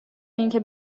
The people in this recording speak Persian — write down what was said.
اینکه